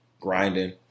grinding